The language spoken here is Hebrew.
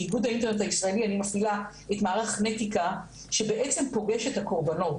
באיגוד האינטרנט הישראלי אני מפעילה את מערך נטיקה שפוגש את הקורבנות.